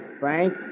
Frank